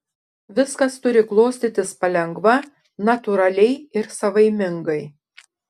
viskas turi klostytis palengva natūraliai ir savaimingai